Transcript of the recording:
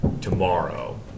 tomorrow